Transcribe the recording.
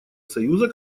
союза